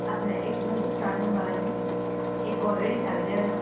ਆਪਣਾ ਇੱਕ ਜੂਨ ਤੋਂ ਸਟਾਰਟ ਹੋਣ ਵਾਲਾ ਜੀ ਇੱਕ ਆਲਰੇਡੀ ਚੱਲ ਰਿਹਾ ਗਾ